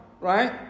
right